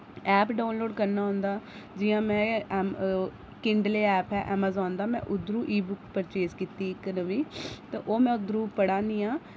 app download करना होंदा जि'यां मैं किंडले ऐप्प ऐ ऐमाज़ान दा में उद्धरों इ बुक परचेज कीती इक नवीं ते ओहं में उद्धरों पढ़ा निं आं